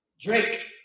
Drake